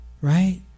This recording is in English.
Right